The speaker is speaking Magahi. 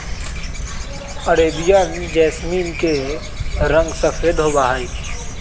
अरेबियन जैसमिन के रंग सफेद होबा हई